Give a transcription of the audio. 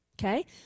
Okay